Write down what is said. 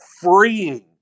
freeing